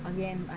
Again